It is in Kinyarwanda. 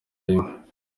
rimwe